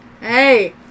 Hey